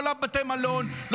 לא לבתי המלון,